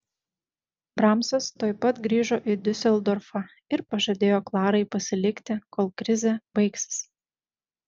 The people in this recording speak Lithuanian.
bramsas tuoj pat grįžo į diuseldorfą ir pažadėjo klarai pasilikti kol krizė baigsis